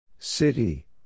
City